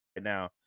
now